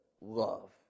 love